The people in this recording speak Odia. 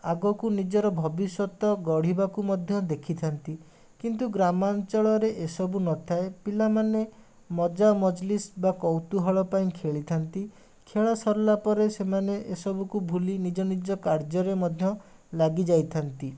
ଆଗକୁ ନିଜର ଭବିଷ୍ୟତ ଗଢ଼ିବାକୁ ମଧ୍ୟ ଦେଖିଥାନ୍ତି କିନ୍ତୁ ଗ୍ରାମାଞ୍ଚଳରେ ଏସବୁ ନଥାଏ ପିଲାମାନେ ମଜା ମଜ୍ଲିସ୍ ବା କୌତୁହଳ ପାଇଁ ଖେଳିଥାନ୍ତି ଖେଳ ସାରିଲା ପରେ ସେମାନେ ଏସବୁକୁ ଭୁଲି ନିଜ ନିଜ କାର୍ଯ୍ୟରେ ମଧ୍ୟ ଲାଗିଯାଇଥାନ୍ତି